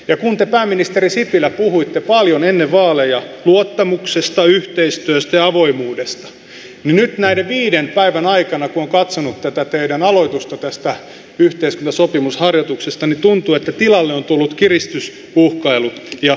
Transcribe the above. ja kun te pääministeri sipilä puhuitte paljon ennen vaaleja luottamuksesta yhteistyöstä ja avoimuudesta niin nyt näiden viiden päivän aikana kun on katsonut tätä teidän aloitustanne tästä yhteiskuntasopimusharjoituksesta tuntuu että tilalle on tullut kiristys uhkailu ja salailu